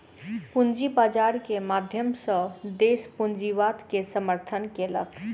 पूंजी बाजार के माध्यम सॅ देस पूंजीवाद के समर्थन केलक